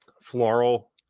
floral